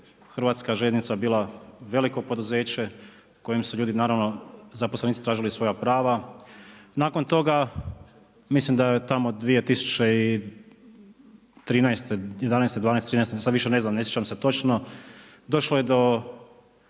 hrvatska željeznica bila veliko poduzeće u kojem su ljudi naravno, zaposlenici tražili svoja prava, nakon toga mislim da je tamo 2013., 2011., 2012., 2013., sad više ne znam, ne sjećam se točno, došlo je do